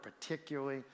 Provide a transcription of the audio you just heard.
particularly